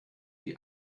die